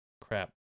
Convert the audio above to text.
Crap